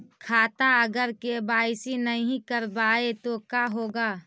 खाता अगर के.वाई.सी नही करबाए तो का होगा?